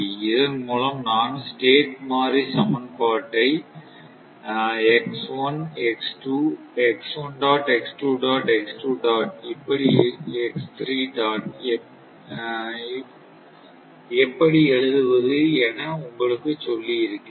இதன் மூலம் நான் ஸ்டேட் மாறிலி சமன்பாட்டை எப்படி எழுதுவது என உங்களுக்கு சொல்லி இருக்கிறேன்